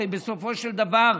הרי בסופו של דבר,